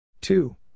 Two